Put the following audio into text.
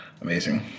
Amazing